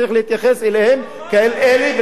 וצריך להתייחס אליהם כאל כאלה.